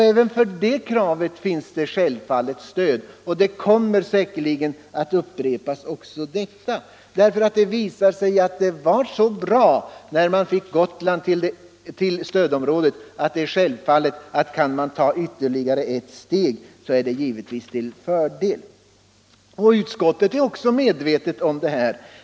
Även för det kravet finns givetvis gehör, eftersom det visat sig att det var så bra när Gotland kom att tillföras stödområdet. Kan man ta ytterligare ett steg, är det naturligtvis en fördel. Inom utskottet är man också medveten om detta.